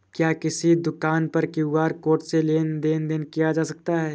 क्या किसी दुकान पर क्यू.आर कोड से लेन देन देन किया जा सकता है?